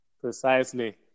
Precisely